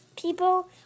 people